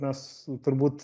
mes turbūt